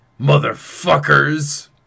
motherfuckers